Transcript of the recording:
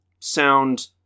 Sound